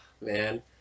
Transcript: man